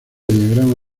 diagrama